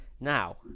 Now